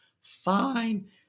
fine